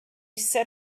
set